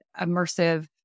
immersive